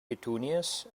petunias